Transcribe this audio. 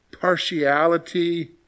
partiality